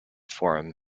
forum